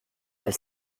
elle